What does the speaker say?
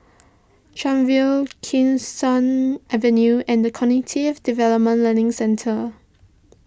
Chuan View Kee Sun Avenue and the Cognitive Development Learning Centre